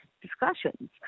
discussions